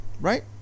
Right